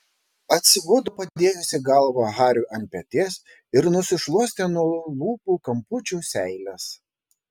atsibudo padėjusi galvą hariui ant peties ir nusišluostė nuo lūpų kampučių seiles